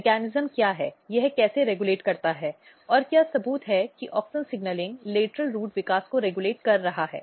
mechanism क्या है यह कैसे रेगुलेट करता है और क्या सबूत है कि ऑक्सिन सिग्नलिंग लेटरल रूट विकास को रेगुलेट कर रहा है